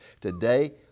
Today